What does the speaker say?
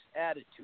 attitude